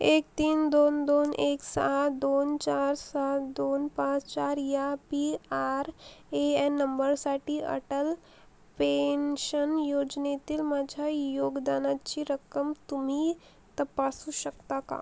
एक तीन दोन दोन एक सहा दोन चार सात दोन पाच चार या पी आर ए एन नंबरसाठी अटल पेन्शन योजनेतील माझ्या योगदानाची रक्कम तुम्ही तपासू शकता का